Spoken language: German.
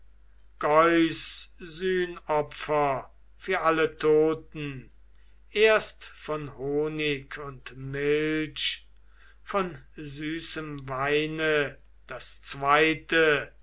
sühnopfer für alle toten erst von honig und milch von süßem weine das zweite